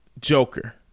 Joker